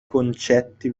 concetti